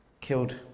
killed